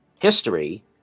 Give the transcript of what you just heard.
history